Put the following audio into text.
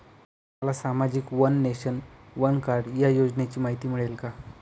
मला सामाजिक one nation, one card या योजनेची माहिती मिळेल का?